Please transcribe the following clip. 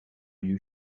you